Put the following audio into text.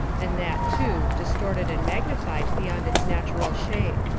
and that, too, distorted and magnified beyond its natural shape.